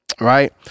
Right